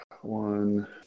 one